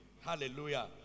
Hallelujah